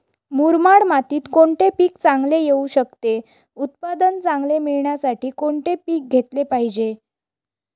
मुरमाड मातीत कोणते पीक चांगले येऊ शकते? उत्पादन चांगले मिळण्यासाठी कोणते पीक घेतले पाहिजे?